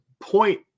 point